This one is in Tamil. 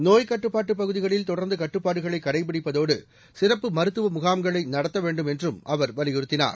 நோய்க் கட்டுப்பாட்டு பகுதிகளில் தொடர்ந்து கட்டுப்பாடுகளை கடைபிடிப்பதோடு சிறப்பு மருத்துவ முகாம்களை நடத்த வேண்டும் என்றும் அவர் வலியுறுத்தினார்